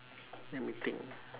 let me think